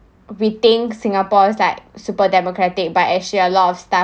we think singapore's like super democratic but actually a lot of stuff